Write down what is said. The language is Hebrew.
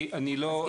כי אני לא,